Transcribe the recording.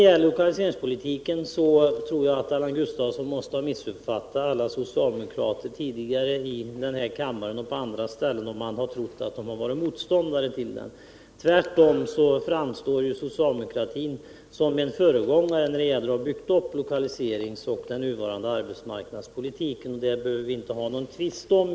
Jag tror att Allan Gustafsson har missuppfattat alla socialdemokrater som uppträtt i denna kammare och på andra ställen beträffande lokaliseringspolitiken om han har trott att de har varit motståndare till den. Tvärtom framstår socialdemokratin som föregångare, som varit med om att bygga upp lokaliseringsoch annan arbetsmarknadspolitik. Det behöver vi i och för sig inte ha någon tvist om.